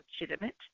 legitimate